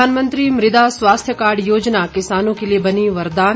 प्रधानमंत्री मृदा स्वास्थ्य कार्ड योजना किसानों के लिए बनी वरदान